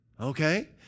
Okay